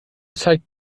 zeigt